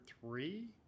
three